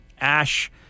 ash